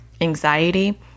anxiety